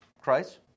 Christ